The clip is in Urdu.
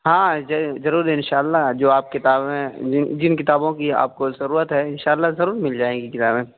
ہاں ضرور ان شاء اللہ جو آپ کتابیں جن کتابوں کی آپ کو ہے ان شاء اللہ ضرور مل جائے گی کتابیں